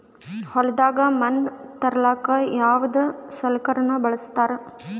ಹೊಲದಾಗ ಮಣ್ ತರಲಾಕ ಯಾವದ ಸಲಕರಣ ಬಳಸತಾರ?